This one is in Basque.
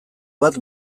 bat